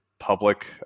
public